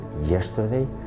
yesterday